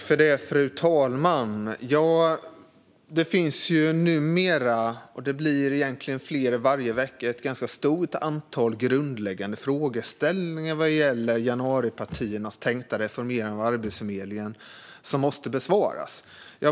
Fru talman! Det finns numera ett ganska stort antal grundläggande frågeställningar - och de blir egentligen fler varje vecka - vad gäller januaripartiernas tänkta reformering av Arbetsförmedlingen som måste besvaras.